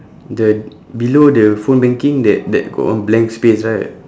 the below the phone banking that that got one blank space right